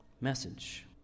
message